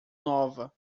nova